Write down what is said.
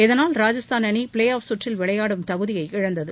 இதனால் ராஜஸ்தான் அணி play off சுற்றில் விளையாடும் தகுதியை இழந்தது